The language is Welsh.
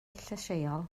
llysieuol